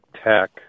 tech